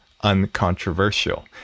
uncontroversial